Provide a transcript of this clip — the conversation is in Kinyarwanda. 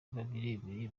bahibereye